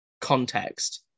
context